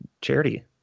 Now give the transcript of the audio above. charity